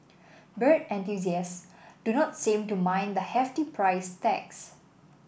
bird enthusiasts do not seem to mind the hefty price tags